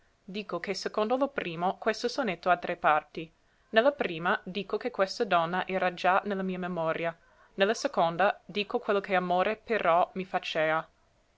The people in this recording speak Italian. dico che secondo lo primo questo sonetto ha tre parti ne la prima dico che questa donna era già ne la mia memoria ne la seconda dico quello che amore però mi facea